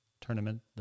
tournament